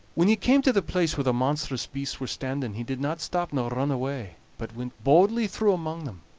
when he came to the place where the monstrous beasts were standing, he did not stop nor run away, but went boldly through among them.